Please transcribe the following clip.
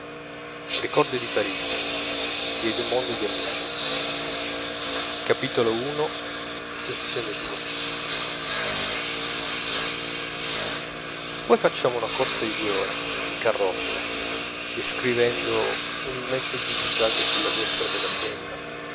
dal dolce pensiero che si scapperà fra quindici giorni poi facciamo una corsa di due ore in carrozza descrivendo un immenso zig-zag sulla destra della senna